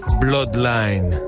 bloodline